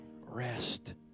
rest